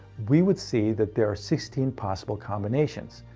we would see that there are sixteen possible combination.